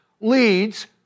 leads